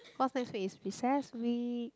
cause next week is recess week